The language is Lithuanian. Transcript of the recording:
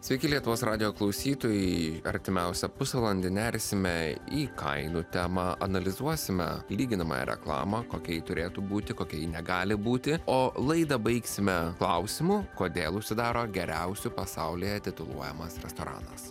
sveiki lietuvos radijo klausytojai artimiausią pusvalandį nersime į kainų temą analizuosime lyginamąją reklamą kokia ji turėtų būti kokia ji negali būti o laidą baigsime klausimu kodėl užsidaro geriausiu pasaulyje tituluojamas restoranas